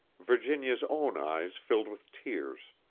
virginia's own eyes filled with tears.